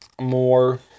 more